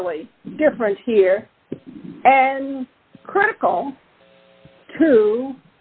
serially different here and critical to